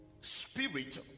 spirit